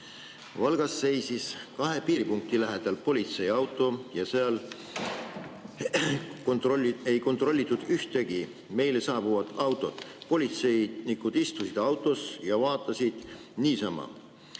Valgas seisis kahe piiripunkti lähedal politseiauto ja seal ei kontrollitud ühtegi meile saabuvat autot. Politseinikud istusid autos ja vaatasid niisama.